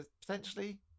potentially